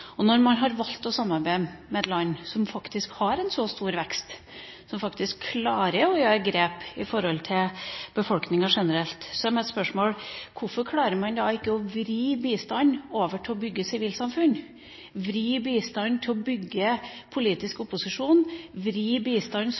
og demokrati. Når man har valgt å samarbeide med et land som faktisk har en så stor vekst, som faktisk klarer å ta grep overfor befolkninga generelt, er mitt spørsmål: Hvorfor klarer man da ikke å vri bistand over til å bygge sivilsamfunn, vri bistand til å bygge politisk opposisjon og vri